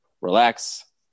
relax